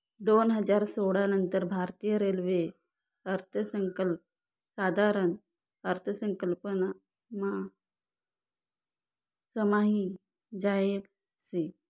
दोन हजार सोळा नंतर भारतीय रेल्वे अर्थसंकल्प साधारण अर्थसंकल्पमा समायी जायेल शे